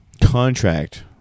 contract